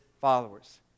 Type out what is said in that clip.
followers